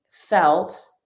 felt